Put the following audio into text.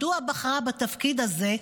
מדוע בחרה בתפקיד הזה,